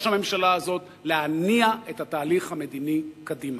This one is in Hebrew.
הממשלה הזה להניע את התהליך המדיני קדימה.